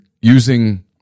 using